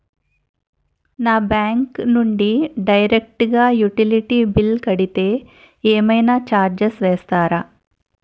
నా బ్యాంక్ నుంచి డైరెక్ట్ గా యుటిలిటీ బిల్ కడితే ఏమైనా చార్జెస్ వేస్తారా?